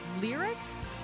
lyrics